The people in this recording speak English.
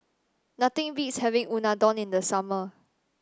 nothing beats having Unadon in the summer